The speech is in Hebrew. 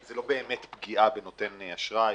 שזה לא באמת פגיעה בנותן אשראי,